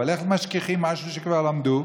אבל איך משכיחים משהו שכבר למדו?